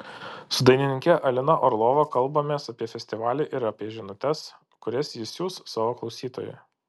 su dainininke alina orlova kalbamės apie festivalį ir apie žinutes kurias ji siųs savo klausytojui